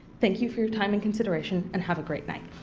thank you for your time and consideration and have a great night.